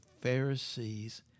Pharisees